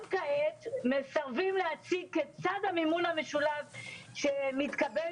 גם כעת מסרבים להציג כיצד המימון המשולב שמתקבל